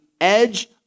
edge